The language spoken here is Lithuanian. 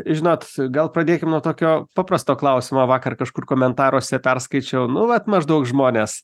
žinot gal pradėkim nuo tokio paprasto klausimo vakar kažkur komentaruose perskaičiau nu vat maždaug žmonės